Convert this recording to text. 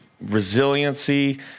resiliency